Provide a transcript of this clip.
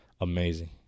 amazing